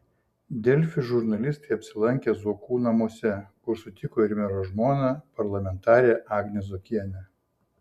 delfi žurnalistai apsilankė zuokų namuose kur sutiko ir mero žmoną parlamentarę agnę zuokienę